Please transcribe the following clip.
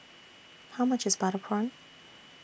How much IS Butter Prawn